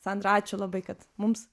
sandra ačiū labai kad mums